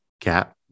Cap